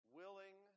willing